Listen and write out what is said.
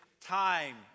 time